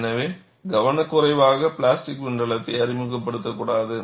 எனவே கவனக்குறைவாக பிளாஸ்டிக் மண்டலத்தை அறிமுகப்படுத்தக்கூடாது